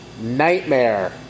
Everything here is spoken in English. Nightmare